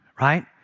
right